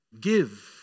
give